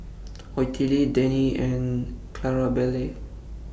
Ottilie Denine and Clarabelle